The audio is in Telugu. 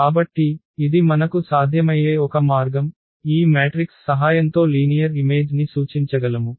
కాబట్టి ఇది మనకు సాధ్యమయ్యే ఒక మార్గం ఈ మ్యాట్రిక్స్ సహాయంతో లీనియర్ ఇమేజ్ ని సూచించగలము